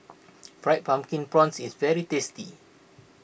Fried Pumpkin Prawns is very tasty